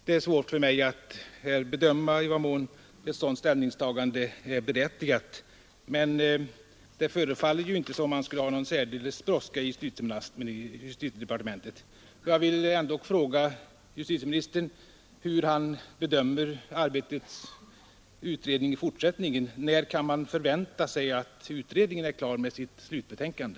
Det är svårt för mig att här nu bedöma i vad mån ett sådant ställningstagande är berättigat, men det förefaller inte som om man skulle ha någon särskild brådska i justitiedepartementet. Jag vill ändå fråga justitieministern hur han bedömer utredningens fortsatta arbete. När kan man förvänta att utredningen är klar med sitt slutbetänkande?